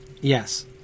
Yes